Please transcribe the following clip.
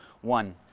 One